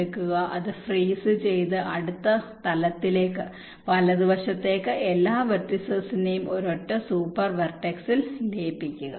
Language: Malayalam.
എടുക്കുക അത് ഫ്രീസുചെയ്ത് അടുത്ത തലത്തിലേക്ക് വലതുവശത്തേക്ക് എല്ലാ വെർടിസെസിനെയും ഒരൊറ്റ സൂപ്പർ വെർട്ടെക്സിൽ ലയിപ്പിക്കുക